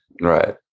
right